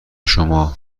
شما